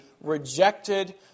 rejected